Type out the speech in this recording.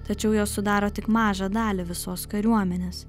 tačiau jos sudaro tik mažą dalį visos kariuomenės